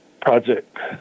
project